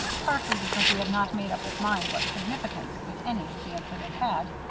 partly because he had not made up his mind what significance, if any, the incident had,